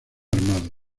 armado